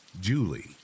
Julie